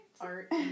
Art